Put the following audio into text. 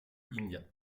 india